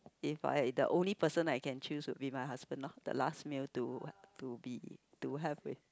if I the only person I can choose would be my husband lor the last meal to to be to have with